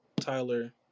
Tyler